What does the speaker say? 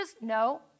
No